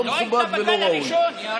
לא מכובד ולא ראוי.